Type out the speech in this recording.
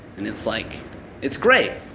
and it's like it's great!